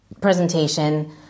presentation